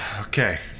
Okay